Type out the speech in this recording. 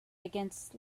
against